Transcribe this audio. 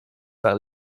par